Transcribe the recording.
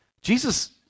Jesus